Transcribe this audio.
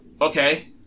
Okay